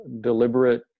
deliberate